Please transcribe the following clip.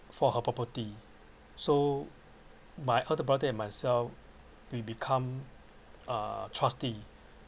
for her property so my older brother and myself we become uh trustee